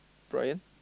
Bryan